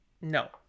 No